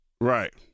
Right